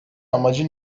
amacı